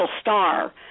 star